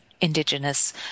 Indigenous